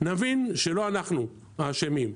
נבין שלא אנחנו האשמים,